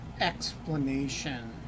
explanation